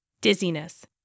dizziness